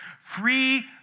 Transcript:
free